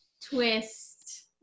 twist